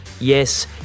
Yes